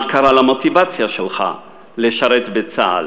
מה קרה למוטיבציה שלך לשרת בצה"ל?